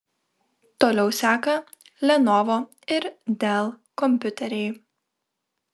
toliau seka lenovo ir dell kompiuteriai